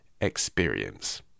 experience